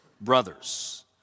brothers